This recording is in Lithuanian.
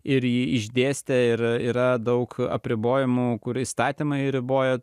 ir jį išdėstė ir yra daug apribojimų kur įstatymai riboja